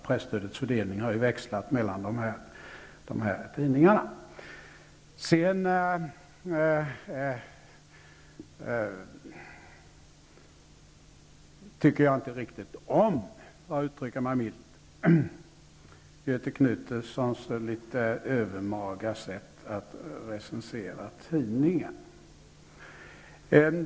Presstödets fördelning har växlat mellan dessa tidningar. Jag tycker inte riktigt om, för att uttrycka mig milt, Göthe Knutsons litet övermaga sätt att recensera tidningar.